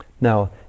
Now